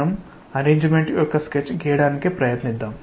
మనము అమరిక యొక్క స్కెచ్ గీయడానికి ప్రయత్నిద్దాం